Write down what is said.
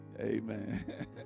Amen